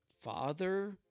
father